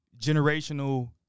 generational